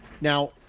Now